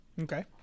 Okay